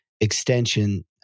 extension